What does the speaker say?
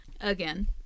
again